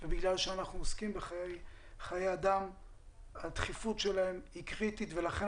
ובגלל שאנחנו עוסקים בחיי אדם הדחיפות שלהן היא קריטית ולכן